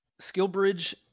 SkillBridge